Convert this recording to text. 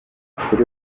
kuri